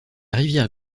rivière